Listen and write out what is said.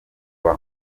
kuva